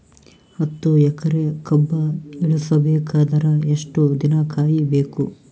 ಹತ್ತು ಎಕರೆ ಕಬ್ಬ ಇಳಿಸ ಬೇಕಾದರ ಎಷ್ಟು ದಿನ ಕಾಯಿ ಬೇಕು?